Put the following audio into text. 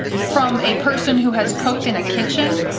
from a person who has cooked in a kitchen,